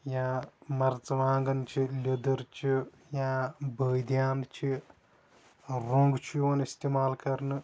یا مَرژٕوانگن چھِ لیٚدٕر چھِ یا بٲدین چھِ رونگ چھُ یِوان اِستعمال کرنہٕ